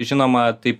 žinoma taip